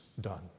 done